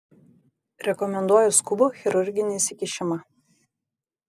rekomenduoju skubų chirurginį įsikišimą